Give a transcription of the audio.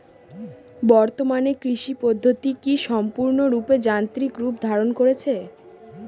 বর্তমানে কৃষি পদ্ধতি কি সম্পূর্ণরূপে যান্ত্রিক রূপ ধারণ করেছে?